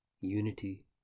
unity